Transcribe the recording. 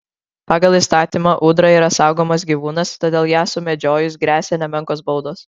pagal įstatymą ūdra yra saugomas gyvūnas todėl ją sumedžiojus gresia nemenkos baudos